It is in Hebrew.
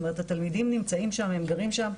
התלמידים נמצאים שם, הם גרים שם,